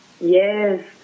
yes